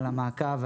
על המעקב,